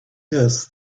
yes